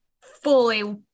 fully